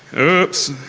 oops!